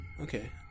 okay